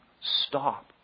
stop